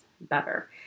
better